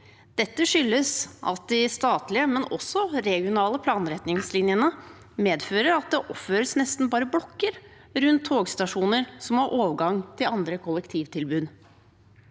Dette skyldes at de statlige, men også de regionale planretningslinjene medfører at det oppføres nesten bare blokker rundt togstasjoner som har overgang til andre kollektivtilbud.